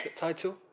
title